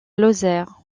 lozère